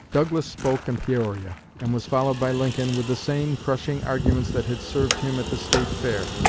douglas spoke in peoria, and was followed by lincoln with the same crushing arguments that had served him at the state fair,